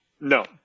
no